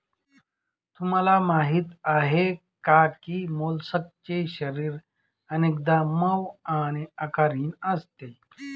तुम्हाला माहीत आहे का की मोलस्कचे शरीर अनेकदा मऊ आणि आकारहीन असते